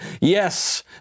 Yes